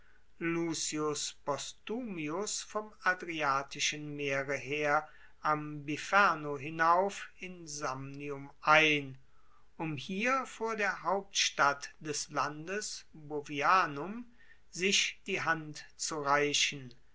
postumius vom adriatischen meere her am biferno hinauf in samnium ein um hier vor der hauptstadt des landes bovianum sich die hand zu reichen